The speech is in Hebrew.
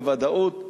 בוודאות,